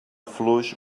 fluix